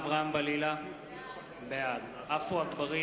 (קורא בשמות חברי